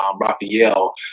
Raphael